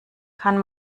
kann